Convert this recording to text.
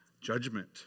judgment